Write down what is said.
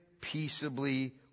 peaceably